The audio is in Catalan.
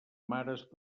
mares